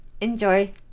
Enjoy